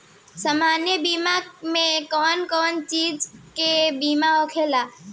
सामान्य बीमा में कवन कवन चीज के बीमा होला?